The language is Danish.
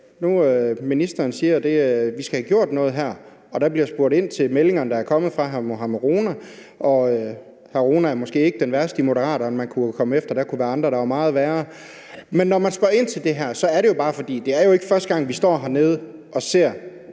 ministeren siger, om, at vi skal have gjort noget her, og der bliver spurgt ind til meldingerne, der er kommet fra hr. Mohammad Rona. Hr. Mohammad Rona er måske ikke den værste i Moderaterne, man kunne komme efter, der kunne være andre, der var meget værre, men når man spørger ind til det her, er det jo bare, fordi det ikke er første gang, vi står hernede og ser,